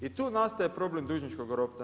I tu nastaje problem dužničkog ropstava.